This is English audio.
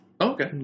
Okay